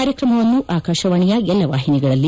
ಕಾರ್ಯಕ್ರಮವನ್ನು ಆಕಾಶವಾಣಿಯ ಎಲ್ಲ ವಾಹಿನಿಗಳಲ್ಲಿ